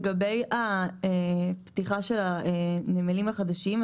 לגבי פתיחת הנמלים החדשים,